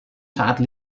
saat